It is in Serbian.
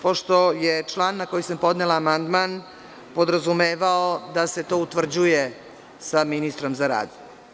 Pošto je član na koji sam podnela amandman podrazumevao da se to utvrđuje sa ministrom za rad.